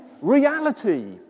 reality